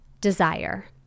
desire